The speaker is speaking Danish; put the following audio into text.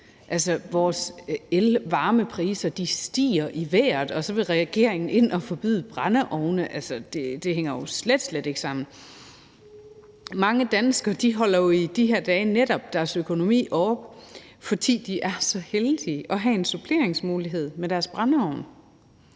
Altså, vores el- og varmepriser ryger i vejret, og så vil regeringen ind at forbyde brændeovne. Det hænger jo slet, slet ikke sammen. Mange danskere holder jo i de her dage netop deres økonomi oppe, fordi de er så heldige at have en suppleringsmulighed i form af deres brændeovn.